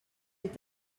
est